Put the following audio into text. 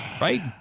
right